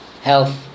health